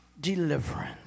deliverance